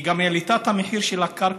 גם העלתה את המחיר של הקרקע,